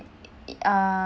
uh